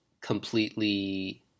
completely